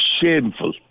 shameful